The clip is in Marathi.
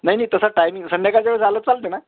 नाही नाही तसं टाईमिंग संध्याकाळच्या वेळेस आलं चालतं ना